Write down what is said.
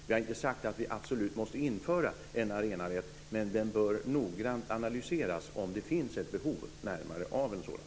Vi har inte sagt att vi absolut måste införa en arenarätt. Men det bör noggrant analyseras om det finns ett behov av en sådan.